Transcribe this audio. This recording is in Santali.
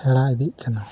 ᱦᱮᱲᱟ ᱤᱫᱤᱜ ᱠᱟᱱᱟ